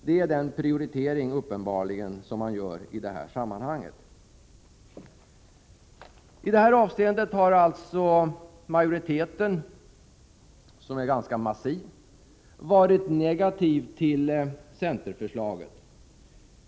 Det är den prioritering som man uppenbarligen gör i sammanhanget. I detta avseende har alltså majoriteten, som är ganska massiv, varit negativ till centerförslaget.